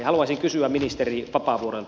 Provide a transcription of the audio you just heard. haluaisin kysyä ministeri vapaavuorelta